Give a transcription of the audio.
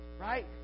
Right